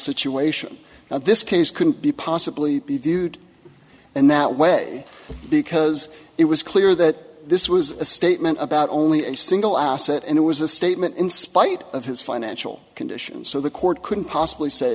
situation now this case couldn't be possibly be viewed in that way because it was clear that this was a statement about only a single asset and it was a statement in spite of his financial condition so the court couldn't possibly say